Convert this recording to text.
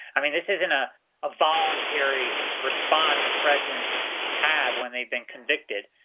i mean this isn't a voluntary response, and presidents have when they've been convicted.